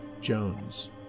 Jones